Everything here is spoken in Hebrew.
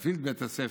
להפעיל את בית הספר,